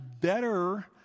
better